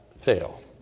fail